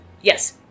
Yes